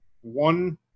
one